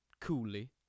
coolly